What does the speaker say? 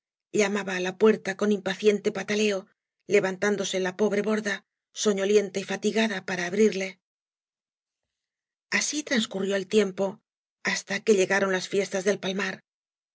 llamaba á la puerta con impaciente pataleo levantándose la pobre borda soñolienta y fatigada para abrirle así transcurrió el tiempo hasta que llegaron las fiestas del palmar la